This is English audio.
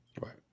Right